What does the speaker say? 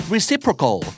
Reciprocal